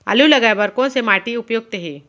आलू लगाय बर कोन से माटी उपयुक्त हे?